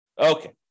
Okay